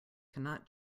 cannot